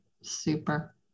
super